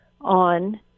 on